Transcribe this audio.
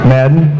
Madden